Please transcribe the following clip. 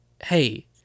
hey